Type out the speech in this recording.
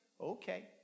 Okay